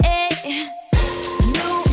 New